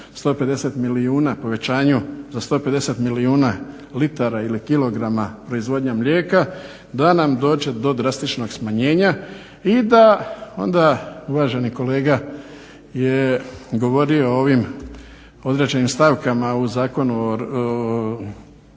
150 milijuna na povećanju za 150 milijuna litara ili kg proizvodnje mlijeka da nam dođe do drastičnog smanjenja i da onda uvaženi kolega je govorio o ovim određenim stavkama u zakonu